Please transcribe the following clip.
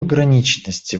ограниченности